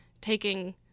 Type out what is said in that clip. taking